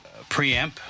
preamp